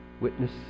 Witness